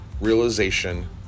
realization